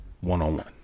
one-on-one